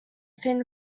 thin